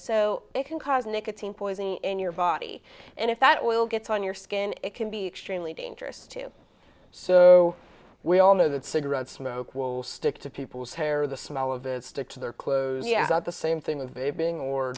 so it can cause nicotine poisoning in your body and if that will get on your skin it can be extremely dangerous too so we all know that cigarette smoke will stick to people's hair the smell of it stick to their clothes yes not the same thing